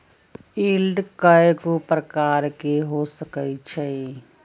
yield कयगो प्रकार के हो सकइ छइ